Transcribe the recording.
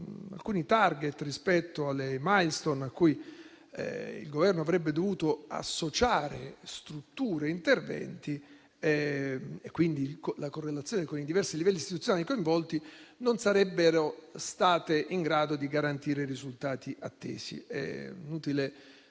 alcuni *target* rispetto alle *milestone* a cui il Governo avrebbe dovuto associare strutture e interventi (quindi la correlazione con i diversi livelli istituzionali coinvolti) non sarebbero state in grado di garantire i risultati attesi.